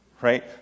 Right